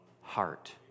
heart